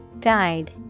Guide